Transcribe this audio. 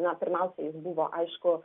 na pirmiausia jis buvo aišku